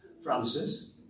Francis